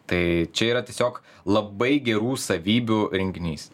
tai čia yra tiesiog labai gerų savybių rinkinys